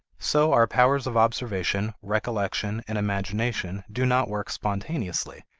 so our powers of observation, recollection, and imagination do not work spontaneously,